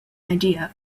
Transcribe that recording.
idea